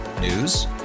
News